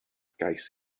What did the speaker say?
gais